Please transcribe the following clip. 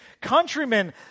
countrymen